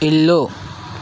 ఇల్లు